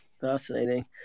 Fascinating